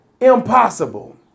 Impossible